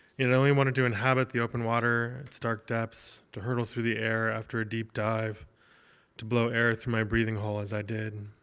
you know i only wanted to inhabit the open water, and its dark depths, to hurtle through the air after a deep dive to blow air through my breathing hole as i did.